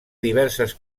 diverses